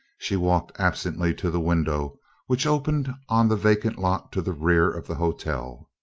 she walked absently to the window which opened on the vacant lot to the rear of the hotel.